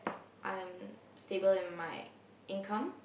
I'm stable in my income